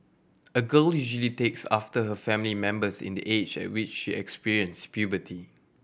a girl usually takes after her family members in the age at which she experience puberty